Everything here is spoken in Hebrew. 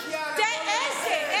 איזה?